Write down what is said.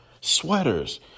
Sweaters